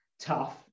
tough